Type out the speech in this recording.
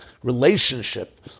relationship